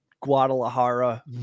Guadalajara